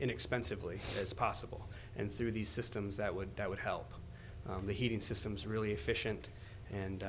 inexpensively as possible and through these systems that would that would help the heating systems really efficient